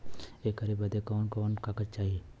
ऐकर बदे कवन कवन कागज चाही?